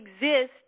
exist